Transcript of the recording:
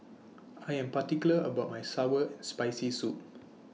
I Am particular about My Sour and Spicy Soup